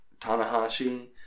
Tanahashi